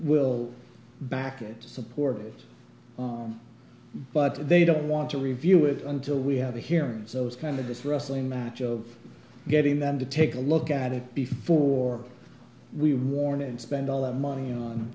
will back it support but they don't want to review it until we have a hearing so it's kind of this wrestling match of getting them to take a look at it before we warn and spend all that money on